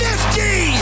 50